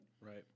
Right